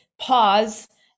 pause